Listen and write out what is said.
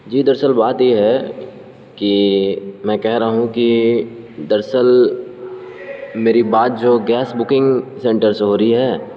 جی درصل بات یہ ہے کہ میں کہہ رہا ہوں کہ درصل میری بات جو گیس بکنگ سینٹر سے ہو رہی ہے